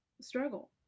struggle